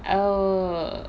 oh